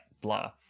blah